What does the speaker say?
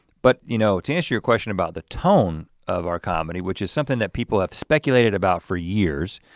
but you know to answer your question about the tone of our comedy, which is something that people have speculated about for years,